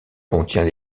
contient